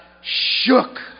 shook